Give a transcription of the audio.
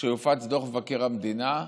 הופץ דוח מבקר המדינה.